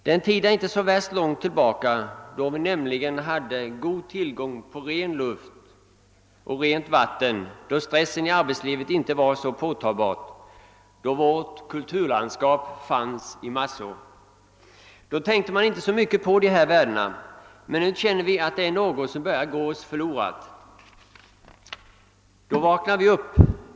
Den tid är nämligen inte så värst avlägsen då vi hade god tillgång på ren luft och rent vatten, då stressen i arbetslivet inte var så påtaglig och då vårt kulturlandskap fanns bevarat i stor utsträckning. Då tänkte vi inte så mycket på dessa värden. Nu känner vi emellertid att det är något som börjar gå oss förlorat. Då vaknar vi upp.